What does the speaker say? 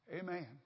Amen